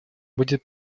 будет